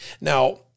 Now